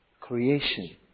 creation